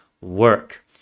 work